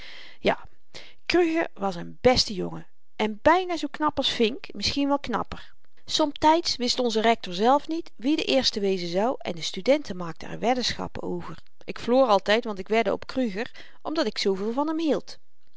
ja kruger was n beste jongen en byna zoo knap als vink misschien wel knapper somtyds wist onze rektor zelf niet wie de eerste wezen zou en de studenten maakten er weddenschappen over ik verloor altyd want ik wedde op kruger omdat ik zooveel van hem hield